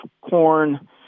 corn